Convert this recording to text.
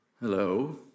Hello